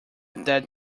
that